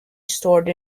stored